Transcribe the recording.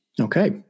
Okay